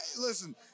Listen